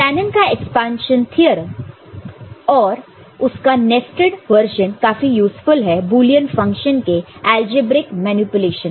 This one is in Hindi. शेनन का एक्सपांशन थ्योरम और उसका नेस्टेड वर्जन काफी यूज़फुल है बुलियन फंक्शन के एलजीब्रिक मैनिपुलेशन में